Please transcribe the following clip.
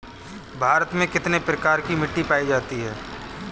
भारत में कितने प्रकार की मिट्टी पायी जाती है?